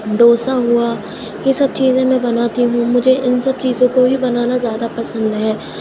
ڈوسہ ہوا یہ سب چیزیں میں بناتی ہوں مجھے ان سب چیزوں کو ہی بنانا زیادہ پسند ہے